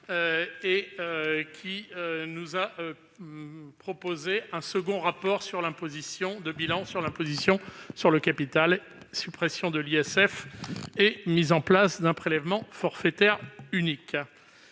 qui nous a proposé un second bilan sur l'imposition sur le capital- suppression de l'ISF et mise en place d'un prélèvement forfaitaire unique.